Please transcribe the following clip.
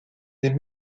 des